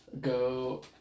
go